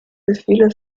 gefühle